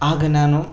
ಆಗ ನಾನು